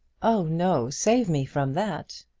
oh no save me from that.